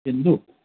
Hindu